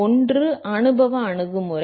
ஒன்று அனுபவ அணுகுமுறை